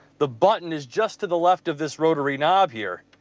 the button is just to the left of this rotary knob here.